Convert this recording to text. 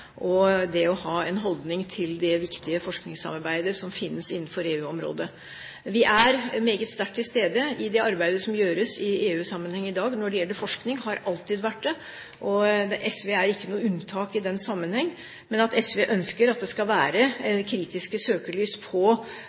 og som politisk system og det å ha en holdning til det viktige forskningssamarbeidet som finnes innenfor EU-området. Vi er meget sterkt til stede i det arbeidet som gjøres i EU-sammenheng i dag når det gjelder forskning, og har alltid vært det. SV er ikke noe unntak i den sammenheng, men SV ønsker at det skal være kritisk søkelys på